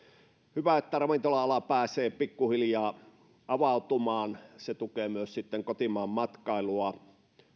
hyvä että ravintola ala pääsee pikkuhiljaa avautumaan se tukee myös sitten kotimaan matkailua